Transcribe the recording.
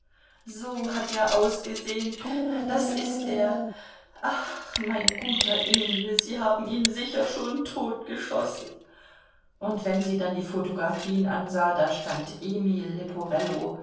so hat er ausgesehen das ist er ach mein guter emil sie haben ihn sicher schon totgeschossen und wenn sie dann die photographien ansah da stand emil